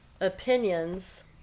opinions